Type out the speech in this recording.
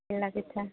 ঘিলা পিঠা